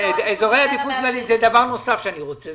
כן, זה דבר נוסף שאני רוצה.